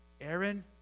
Aaron